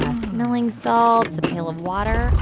smelling salt, a pail of water.